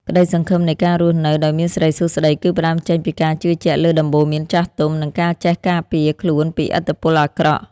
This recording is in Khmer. ក្តីសង្ឃឹមនៃការរស់នៅដោយមានសិរីសួស្តី គឺផ្តើមចេញពីការជឿជាក់លើដំបូន្មានចាស់ទុំ និងការចេះការពារខ្លួនពីឥទ្ធិពលអាក្រក់។